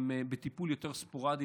הם בטיפול יותר ספורדי,